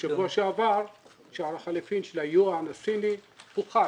שבוע שעבר שער החליפין של היואן הסיני פוחת